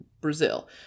brazil